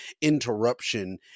interruption